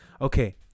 Okay